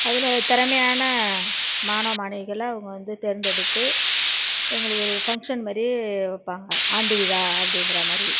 அதில் திறமையான மாணவ மாணவிகளை அவங்க வந்து தேர்ந்தெடுத்து எங்களுக்கு ஒரு ஃபங்க்ஷன் மாதிரி வைப்பாங்க ஆண்டு விழா அப்படிங்கிற மாதிரி